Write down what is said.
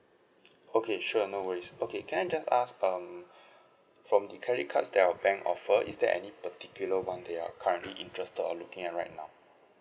okay sure no worries okay can I just ask um from the credit cards that our bank offer is there any particular one that you are currently interested or looking at right now